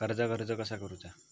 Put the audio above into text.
कर्जाक अर्ज कसा करुचा?